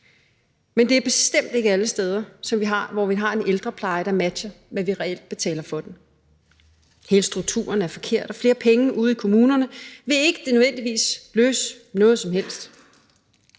men det er bestemt ikke alle steder, hvor vi har en ældrepleje, der matcher, hvad vi reelt betaler for den. Hele strukturen er forkert, og flere penge ude i kommunerne vil ikke nødvendigvis løse noget som helst.